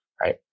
right